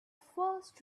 first